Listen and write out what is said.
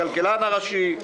הכלכלן הראשי,